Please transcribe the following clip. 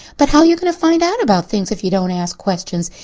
but how you going to find out about things if you don't ask questions?